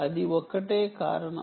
అది ఒక్కటే కారణం